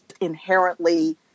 inherently